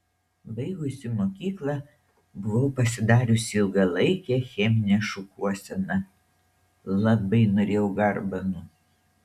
baigusi mokyklą buvau pasidariusi ilgalaikę cheminę šukuoseną labai norėjau garbanų